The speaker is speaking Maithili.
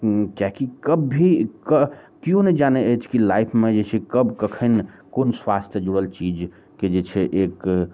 किएकि कब भी केओ नहि जानै अछि कि लाइफमे जे छै कब कखन कोन स्वास्थ्य जुड़ल चीज के जे छै एक